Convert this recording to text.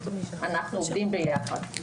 אנחנו עובדים ביחד.